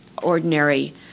ordinary